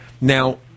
Now